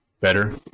better